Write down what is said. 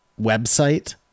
website